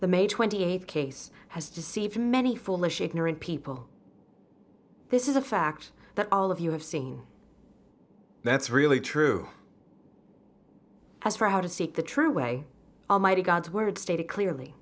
the may twenty eighth case has deceived many foolish ignorant people this is a fact that all of you have seen that's really true as for how to seek the true way almighty god's word stated clearly